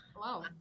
Wow